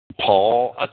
Paul